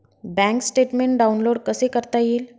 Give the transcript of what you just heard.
Bank statement download कसे करता येईल?